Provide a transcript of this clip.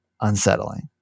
unsettling